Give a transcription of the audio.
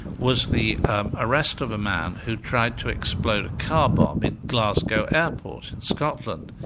was the arrest of a man who tried to explode a car bomb in glasgow airport in scotland.